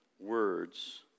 words